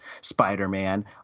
Spider-Man